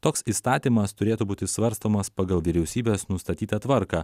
toks įstatymas turėtų būti svarstomas pagal vyriausybės nustatytą tvarką